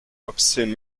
obscene